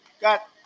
Got